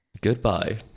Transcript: Goodbye